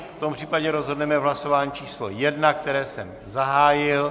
V tom případě rozhodneme v hlasování číslo 1, které jsem zahájil.